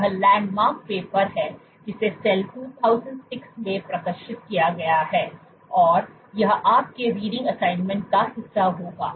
यह landmark paper है जिसे सेल 2006 में प्रकाशित किया गया है और यह आपके रीडिंग असाइनमेंट का हिस्सा होगा